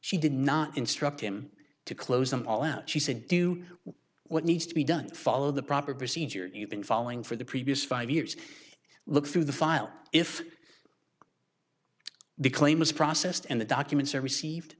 she did not instruct him to close them all out she said do what needs to be done follow the proper procedures you've been following for the previous five years look through the file if the claim is processed and the documents are received